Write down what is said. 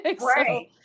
Right